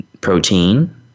protein